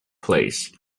place